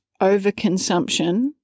overconsumption